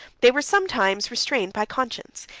they were sometimes restrained by conscience,